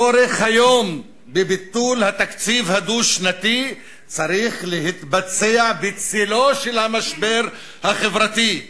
היום ביטול התקציב הדו-שנתי צריך להתבצע בצלו של המשבר החברתי,